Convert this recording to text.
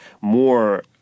more